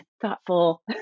thoughtful